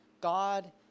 God